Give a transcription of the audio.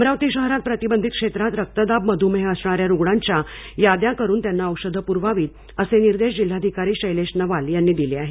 अमरावती शहरात प्रतिबंधित क्षेत्रात रक्तदाब मधुमेह असणा या रुग्णांच्या याद्या करून त्यांना औषधे पुरवावीत असे निर्देश जिल्हाधिकारी शैलेश नवाल यांनी दिले आहेत